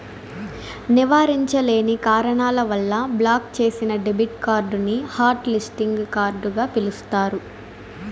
నివారించలేని కారణాల వల్ల బ్లాక్ చేసిన డెబిట్ కార్డుని హాట్ లిస్టింగ్ కార్డుగ పిలుస్తారు